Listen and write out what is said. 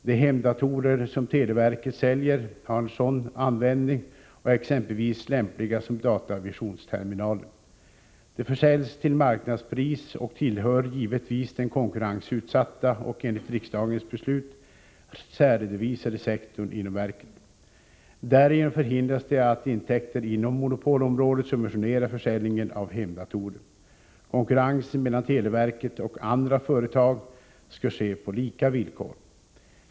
De hemdatorer som televerket säljer har en sådan användning och är exempelvis lämpliga som datavisionsterminaler. De försäljs till marknadspris och tillhör givetvis den konkurrensutsatta och — enligt riksdagens beslut — särredovisade sektorn inom verket. Därigenom förhindras det att intäkter inom monopolområdet subventionerar försäljningen av hemdatorer. Konkurrensen mellan televerket och andra företag skall ske på lika villkor.